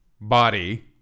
body